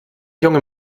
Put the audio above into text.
junge